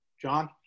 John